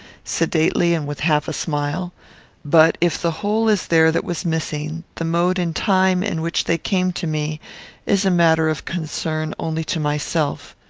sedately and with half a smile but, if the whole is there that was missing, the mode and time in which they came to me is matter of concern only to myself.